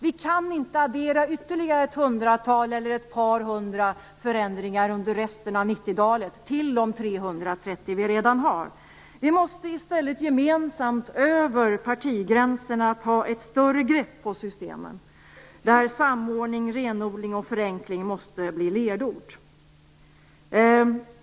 Vi kan inte addera ytterligare ett hundratal eller ett par hundra förändringar under resten av 90-talet till de 330 vi redan har. Vi måste i stället gemensamt över partigränserna ta ett större grepp på systemen, där samordning, renodling och förenkling måste bli ledord.